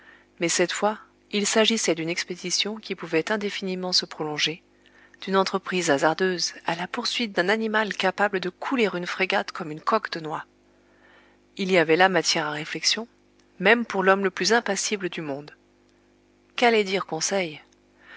mais cette fois il s'agissait d'une expédition qui pouvait indéfiniment se prolonger d'une entreprise hasardeuse à la poursuite d'un animal capable de couler une frégate comme une coque de noix il y avait là matière à réflexion même pour l'homme le plus impassible du monde qu'allait dire conseil